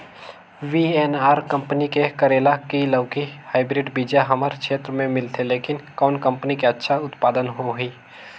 VNR company के करेला की लौकी हाईब्रिड बीजा हमर क्षेत्र मे मिलथे, लेकिन कौन कंपनी के अच्छा उत्पादन होही?